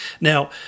Now